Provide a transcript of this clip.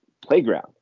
playground